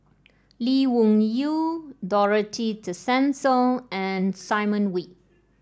Lee Wung Yew Dorothy Tessensohn and Simon Wee